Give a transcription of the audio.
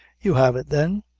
you have it, then?